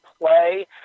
play